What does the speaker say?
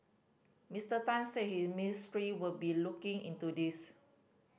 Mister Tan said his ministry will be looking into this